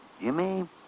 Jimmy